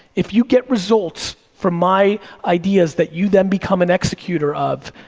if you get results from my ideas that you then become an executor of,